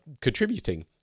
contributing